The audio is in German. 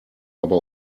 aber